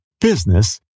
Business